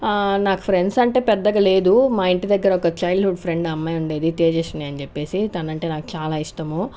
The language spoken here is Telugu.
నాకు ఫ్రెండ్స్ అంటే పెద్దగా లేరు మా ఇంటి దగ్గర ఒక చైల్డ్హుడ్ ఫ్రెండ్ ఆ అమ్మాయి ఉండేది తేజస్విని అని చెప్పి తనంటే నాకు చాలా ఇష్టము